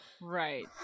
right